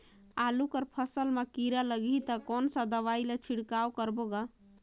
आलू कर फसल मा कीरा लगही ता कौन सा दवाई ला छिड़काव करबो गा?